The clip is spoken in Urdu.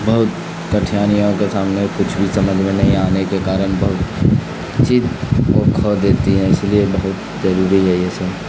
بہت کٹھنائیوں کے سامنے کچھ بھی سمجھ میں نہیں آنے کے کارن بہت چیز وہ کھو دیتی ہیں اس لیے بہت ضروری ہے یہ سب